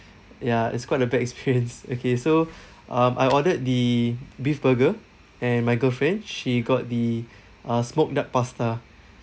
ya it's quite a bad experience okay so um I ordered the beef burger and my girlfriend she got the uh smoked duck pasta